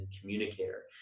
communicator